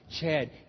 Chad